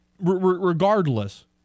regardless